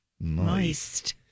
moist